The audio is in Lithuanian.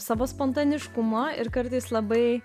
savo spontaniškumo ir kartais labai